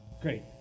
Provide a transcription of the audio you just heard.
Great